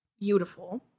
Beautiful